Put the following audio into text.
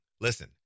Listen